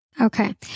Okay